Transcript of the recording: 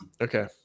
Okay